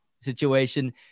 situation